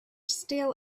still